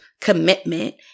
commitment